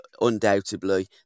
undoubtedly